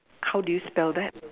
how do you spell that